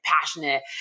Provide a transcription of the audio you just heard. passionate